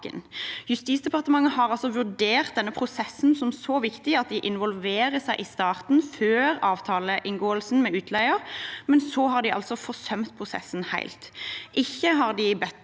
Justisdepartementet har altså vurdert denne prosessen som så viktig at de involverer seg i starten, før avtaleinngåelsen med utleier, men så har de forsømt prosessen helt.